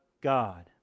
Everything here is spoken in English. God